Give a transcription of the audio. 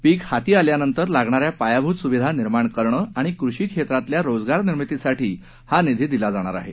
पीक हाती आल्यानंतर लागणाऱ्या पायाभूत सुविधा निर्माण करणं आणि कृषी क्षेत्रातल्या रोजगारनिर्मितीसाठी हा निधी दिला जाणार आहे